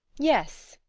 yes,